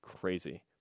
crazy